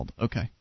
Okay